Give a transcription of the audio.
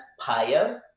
Paya